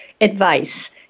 advice